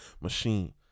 Machine